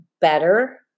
better